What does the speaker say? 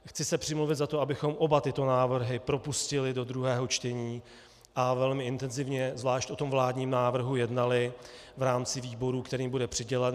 Chci se přimluvit za to, abychom oba tyto návrhy propustili do druhého čtení a velmi intenzivně, a zvlášť o tom vládním návrhu, jednali v rámci výborů, kterým bude přidělen.